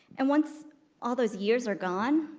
and once all those years are gone,